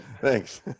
Thanks